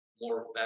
more